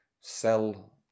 sell